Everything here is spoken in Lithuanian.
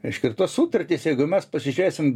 reiškia ir tos sutartys jeigu mes pasižiūrėsim